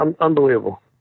unbelievable